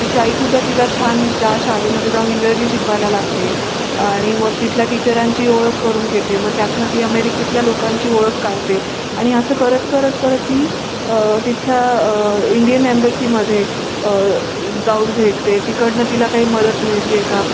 तिची आईसुद्धा तिला छान त्या शाळेमध्ये जाऊन इंग्रजी शिकवायला लागते आणि मग तिथल्या टीचरांची ओळख करून घेते मग त्यातून ती अमेरिकतल्या लोकांची ओळख काढते आणि असं करत करत करत ती तिथल्या इंडियन एम्बसीमध्ये जाऊन भेटते तिकडून तिला काही मदत मिळते आहे का